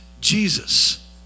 Jesus